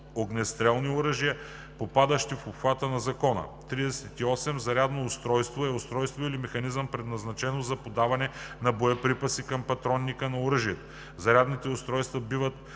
огнестрелни оръжия, попадащи в обхвата на закона. 38. „Зарядно устройство“ е устройство или механизъм предназначено за подаване на боеприпаси към патронника на оръжието.